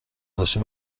گذاشته